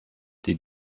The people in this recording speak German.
die